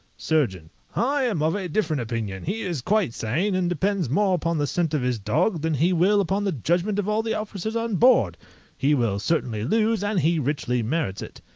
surgeon i am of a different opinion he is quite sane, and depends more upon the scent of his dog than he will upon the judgment of all the officers on board he will certainly lose, and he richly merits it.